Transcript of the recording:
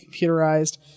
computerized